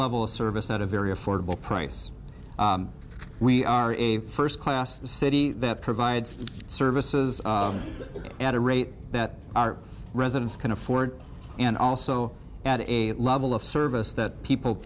level of service at a very affordable price we are a first class city that provides services at a rate that our residents can afford and also at a level of service that people